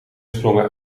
sprongen